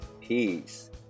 peace